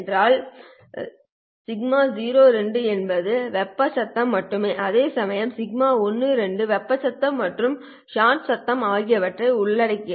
ஏனெனில் σ02 என்பது வெப்ப சத்தம் மட்டுமே அதேசமயம் σ12 வெப்ப சத்தம் மற்றும் ஷாட் சத்தம் ஆகியவற்றை உள்ளடக்கும்